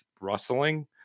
rustling